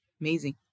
amazing